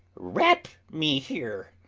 rap me here,